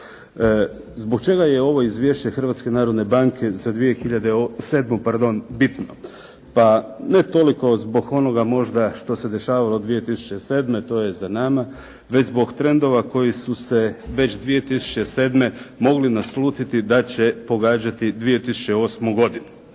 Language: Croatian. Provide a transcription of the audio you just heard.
Zbog čega je ovo izvješće Hrvatske narodne banke za 2007. bitno? Pa ne toliko zbog onog što se dešavalo 2007., to je za nama, već zbog trendova koji su se već 2007. mogli naslutiti da će pogađati 2008. godinu.